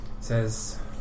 says